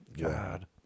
God